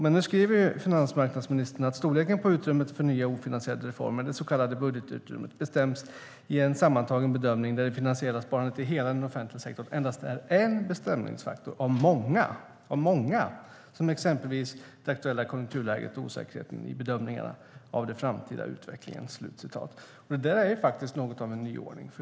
Men nu skriver finansmarknadsministern att storleken på utrymmet för nya, ofinansierade reformer, det så kallade budgetutrymmet, bestäms i en sammantagen bedömning där det finansiella sparandet i hela den offentliga sektorn endast är en bestämningsfaktor av många, som exempelvis det aktuella konjunkturläget och osäkerheten i bedömningen av den framtida utvecklingen. Det är faktiskt något av en nyordning.